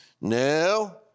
No